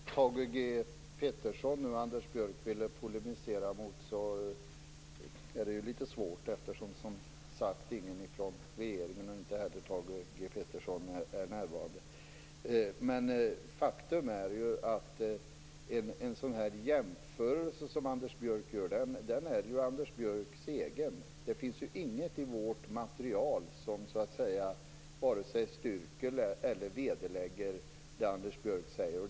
Fru talman! Att polemisera mot Thage G Peterson, som Anders Björck nu ville göra, är litet svårt. Ingen från regeringen, inte heller Thage G Peterson, är ju som sagt närvarande. Men faktum är att den jämförelse som Anders Björck gör, är Anders Björcks egen. Det finns inget i vårt material som vare sig styrker eller vederlägger det Anders Björck säger.